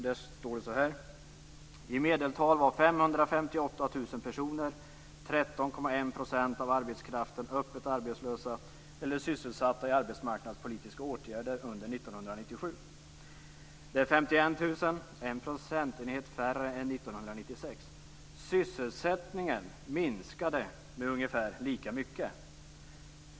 Det står så här: "I medeltal var 558 000 personer, Det är 51 000, en procentenhet, färre än 1996. Sysselsättningen minskade med ungefär lika mycket."